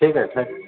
ठीक है थैंक